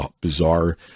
bizarre